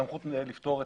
סמכות לפטור,